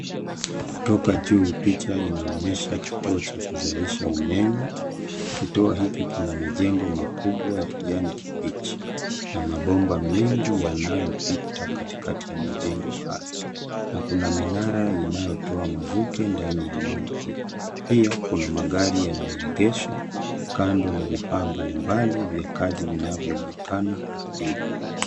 Kutoka juu picha inaonyesha kituo cha kuzalisha umeme. Kituo hiki kina majengo makubwa ya kijani kibichi. Na mabomba mengi yanayopita katikati ya majengo hayo. Na kuna minara inayotoa mvuke ndani ya eneo hilo. Pia kuna magari yameegeshwa kando na vifaa mbalimbali vya kazi vinavyoonekana ardhini.